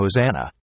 hosanna